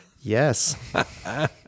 Yes